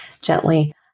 gently